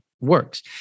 works